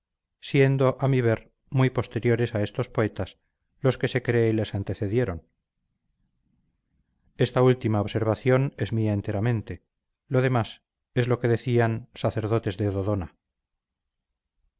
siendo a mi ver muy posteriores a estos poetas los que se cree les antecedieron esta última observación es mía enteramente lo demás es lo que decían sacerdotes de dodona